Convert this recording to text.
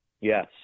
Yes